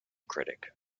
critic